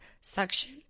suction